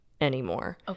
anymore